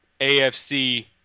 AFC